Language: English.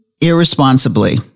irresponsibly